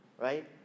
Right